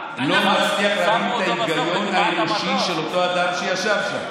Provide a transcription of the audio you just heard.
אני לא מצליח להבין את ההיגיון האנושי של אותו אדם שישב שם.